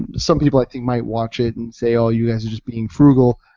and some people i think might watch it and say, oh you guys are just being frugal,